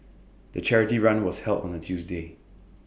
the charity run was held on A Tuesday